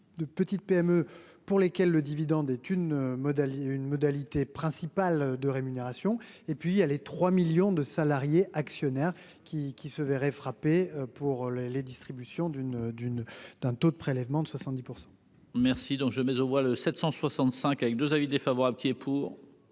de petites PME pour lesquelles le dividende est une modalité une modalité principale de rémunération et puis y a les 3 millions de salariés actionnaires qui qui se verrait frapper pour les les distributions d'une d'une d'un taux de prélèvement de 70 %. Merci donc je mets aux voix le 765 avec 2 avis défavorables qui est pour.